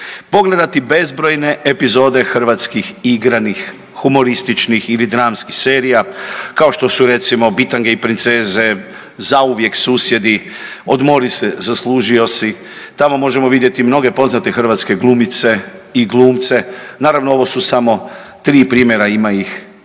pogledati bezbrojne epizode hrvatskih igranih humorističnih ili dramskih serija, kao što su recimo Bitange i princeze, Zauvijek susjedi, Odmori se zaslužio si, tamo možemo vidjeti mnoge poznate hrvatske glumice i glumce. Naravno ovo su samo tri primjera, ima ih